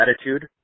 attitude